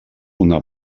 una